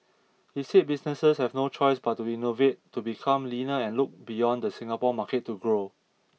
he said businesses have no choice but to innovate to become leaner and look beyond the Singapore market to grow